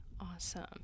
Awesome